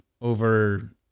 over